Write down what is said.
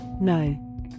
No